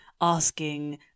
asking